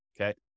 okay